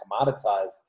commoditized